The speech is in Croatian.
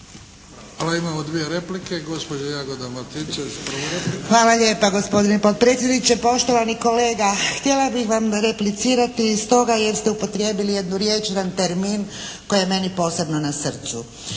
Martinčević, prva replika. **Martinčević, Jagoda Majska (HDZ)** Hvala lijepa gospodine potpredsjedniče. Poštovani kolega, htjela bih vam replicirati stoga jer ste upotrijebili jednu riječ, jedan termin koji je meni posebno na srcu.